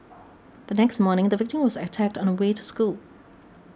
the next morning the victim was attacked on the way to school